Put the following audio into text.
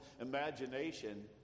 imagination